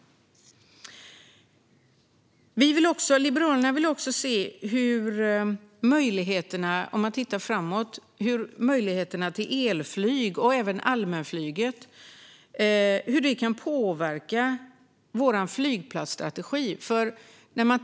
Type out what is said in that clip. För att titta framåt: Liberalerna vill se hur möjligheterna till elflyg och även allmänflyget kan påverka vår flygplatsstrategi.